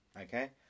okay